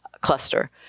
cluster